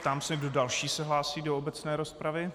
Ptám se, kdo další se hlásí do obecné rozpravy.